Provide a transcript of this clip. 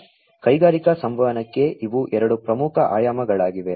ಆದ್ದರಿಂದ ಕೈಗಾರಿಕಾ ಸಂವಹನಕ್ಕೆ ಇವು ಎರಡು ಪ್ರಮುಖ ಆಯಾಮಗಳಾಗಿವೆ